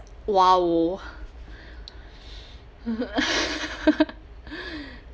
!wow!